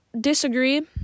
disagree